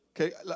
Okay